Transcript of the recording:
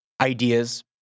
ideas